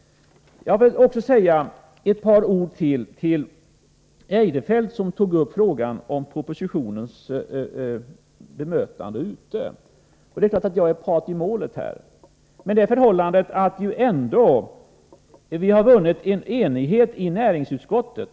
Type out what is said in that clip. Jag vill också säga att par ord ytterligare till Christer Eirefelt, som tog upp frågan om det sätt på vilken propositionen bemötts ute i landet. Jag är här visserligen part i målet, men vi har ändå uppnått enighet nu i näringsutskottet.